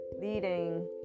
leading